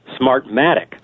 Smartmatic